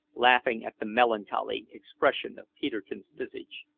laughing at the melancholy expression of peterkin's visage.